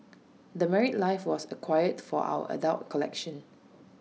the married life was acquired for our adult collection